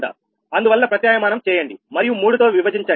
అందువల్ల ప్రత్యామ్న్యాయం చేయండి మరియు మూడు తో విభజించండి